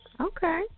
Okay